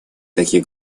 таких